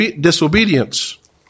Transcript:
disobedience